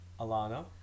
Alana